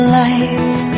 life